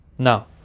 Now